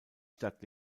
stadt